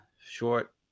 short